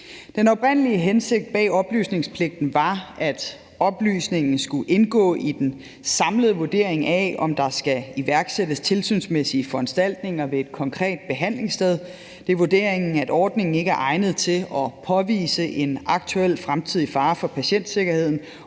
Den oprindelige hensigt bag oplysningspligten var, at oplysningen skulle indgå i den samlede vurdering af, om der skal iværksættes tilsynsmæssige foranstaltninger ved et konkret behandlingssted. Det er vurderingen, at ordningen ikke er egnet til at påvise en aktuel fremtidig fare for patientsikkerheden,